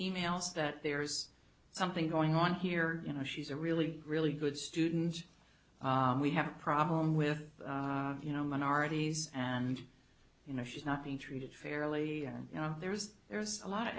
emails that there's something going on here you know she's a really really good student we have a problem with you know minorities and you know she's not being treated fairly you know there's there's a lot of